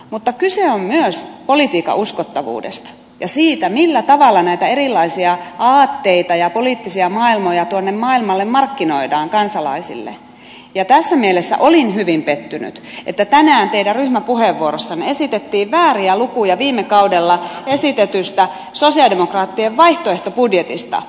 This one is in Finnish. mutta kyse on myös politiikan uskottavuudesta ja siitä millä tavalla näitä erilaisia aatteita ja poliittisia maailmoja tuonne maailmalle markkinoidaan kansalaisille ja tässä mielessä olin hyvin pettynyt että tänään teidän ryhmäpuheenvuorossanne esitettiin vääriä lukuja viime kaudella esitetystä sosialidemokraattien vaihtoehtobudjetista